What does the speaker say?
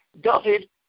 David